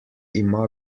ima